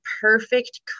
perfect